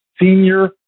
senior